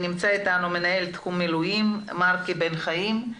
נמצא איתנו מנהל תחום מילואים מרקי בן חיים.